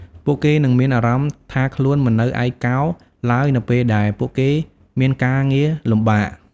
ពួកគេនឹងមានអារម្មណ៍ថាខ្លួនមិននៅឯកោឡើយនៅពេលដែលពួកគេមានការងារលំបាក។